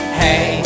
hey